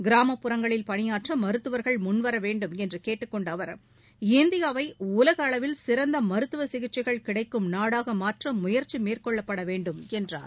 கிராமப்புறங்களில் பணியாற்ற மருத்துவர்கள் முன்வரவேண்டும் என்று கேட்டுக்கொண்ட அவர் இந்தியாவை உலக அளவில் சிறந்த மருத்துவ சிகிச்சைகள் கிடைக்கும் நாடாக முயற்சி மேற்கொள்ளப்படவேண்டும் என்றார்